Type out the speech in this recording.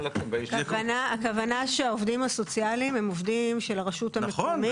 הכוונה שהעובדים הסוציאליים הם עובדים של הרשות המקומית,